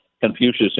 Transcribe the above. Confucius